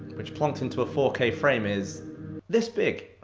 which, plonked into a four k frame, is this big.